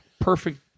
perfect